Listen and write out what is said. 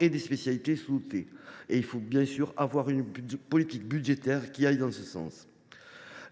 et des spécialités sous dotées. Et il faut, bien sûr, une politique budgétaire qui aille en ce sens !